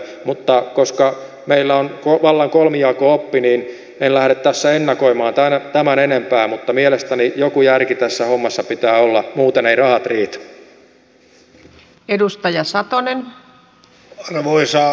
mutta koska meillä on vallan kolmijako oppi niin en lähde tässä ennakoimaan tämän enempää mutta mielestäni joku järki tässä hommassa pitää olla muuten eivät rahat riitä